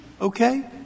okay